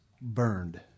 burned